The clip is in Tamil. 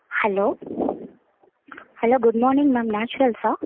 hello hello good morning ma'am நேச்சுரல்ஸா